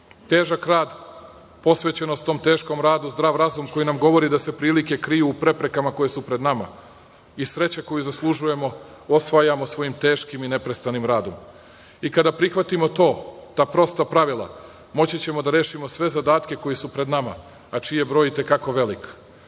smeru. Težak rad, posvećenost tom teškom radu, zdrav razum koji nam govori da se prilike kriju u preprekama koje su pred nama i sreća koju zaslužujemo, osvajamo svojim teškim i neprestanim radom. I kada prihvatimo to, ta prosta pravila, moći ćemo da rešimo sve zadatke koji su pred nama, a čiji je broj i te kako veliki. Mir,